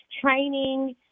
Training